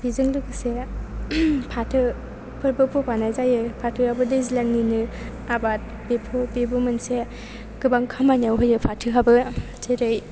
बेजों लोगोसे फाथोफोरबो फोफानाय जायो फाथोआबो दैज्लांनिनो आबाद बेबो मोनसे गोबां खामानियाव होयो फाथोआबो जेरै